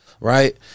right